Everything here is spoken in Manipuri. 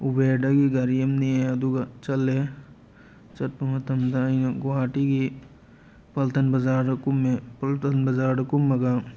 ꯎꯕꯔꯗꯒꯤ ꯒꯥꯔꯤ ꯑꯃ ꯅꯦꯛꯑꯦ ꯑꯗꯨꯒ ꯆꯠꯂꯦ ꯆꯠꯄ ꯃꯇꯝꯗ ꯑꯩꯅ ꯒꯨꯍꯥꯇꯤꯒꯤ ꯄꯥꯜꯇꯟ ꯕꯖꯥꯔꯗ ꯀꯨꯝꯃꯦ ꯄꯥꯜꯇꯟ ꯕꯖꯥꯔꯗ ꯀꯨꯝꯃꯒ